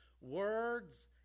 Words